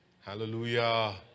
Hallelujah